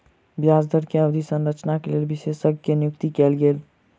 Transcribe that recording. ब्याज दर के अवधि संरचना के लेल विशेषज्ञ के नियुक्ति कयल गेल